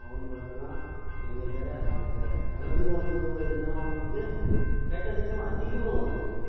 phone பேசினா எங்கேக்கிற அங்கேக்கிற நல்லதுக்கும் உதவுது இப்போ எதுனா ஒன்றுத்துக்கு கெட்டதுக்கும் அதிகமாக உதவுது அது